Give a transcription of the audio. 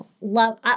love